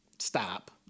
Stop